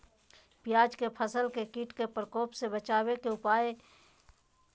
प्याज के फसल के कीट के प्रकोप से बचावे के उपाय?